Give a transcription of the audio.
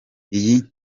iyi